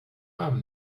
arm